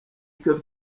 kelly